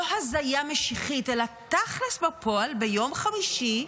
לא הזיה משיחית אלא תכלס, בפועל, ביום חמישי,